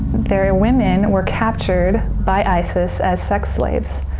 their ah women were captured by isis as sex slaves.